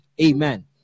Amen